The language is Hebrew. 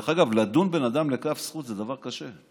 דרך אגב, לדון בן אדם לכף זכות זה דבר קשה,